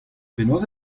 penaos